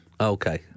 Okay